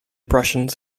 prussians